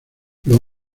los